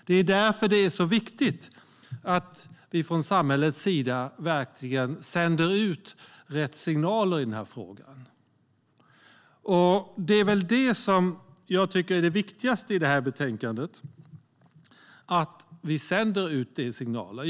Det är därför som det är så viktigt att vi från samhällets sida verkligen sänder ut rätt signaler i den här frågan. Det som jag tycker är viktigast i betänkandet är att vi sänder ut rätt signaler.